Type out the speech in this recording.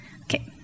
Okay